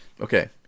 okay